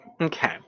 Okay